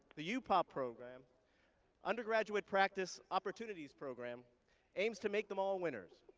the upop program undergraduate practice opportunities program aims to make them all winners.